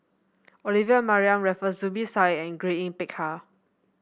Olivia Mariamne Raffles Zubir Said and Grace Yin Peck Ha